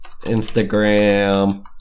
Instagram